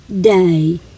day